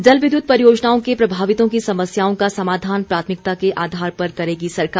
जल विद्युत परियोजनाओं के प्रभावितों की समस्याओं का समाधान प्राथमिकता के आधार पर करेगी सरकार